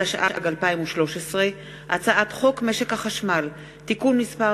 התשע"ג 2013, הצעת חוק משק החשמל (תיקון מס'